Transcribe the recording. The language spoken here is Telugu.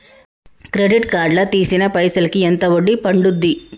క్రెడిట్ కార్డ్ లా తీసిన పైసల్ కి ఎంత వడ్డీ పండుద్ధి?